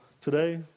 today